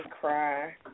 cry